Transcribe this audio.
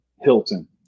Hilton